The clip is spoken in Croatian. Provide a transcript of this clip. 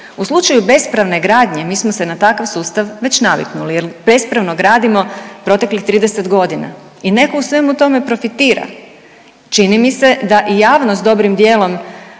U slučaju bespravne gradnje mi smo se na takav sustav već naviknuli jer bespravno gradimo proteklih 30.g. i neko u svemu tome profitira. Čini mi se da i javnost dobrim dijelom